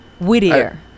Whittier